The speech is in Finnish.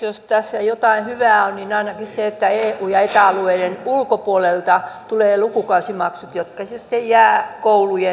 jos tässä jotain hyvää on niin ainakin se että eu ja eta alueiden ulkopuolelta tuleville tulee lukukausimaksut jotka sitten jäävät koulujen kehitettäväksi